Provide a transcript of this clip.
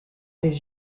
des